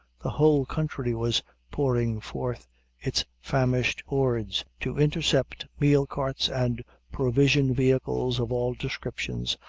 the whole country was pouring forth its famished hordes to intercept meal-carts and provision vehicles of all descriptions,